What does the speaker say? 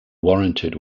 warranted